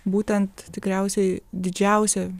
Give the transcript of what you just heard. būtent tikriausiai didžiausią